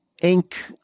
ink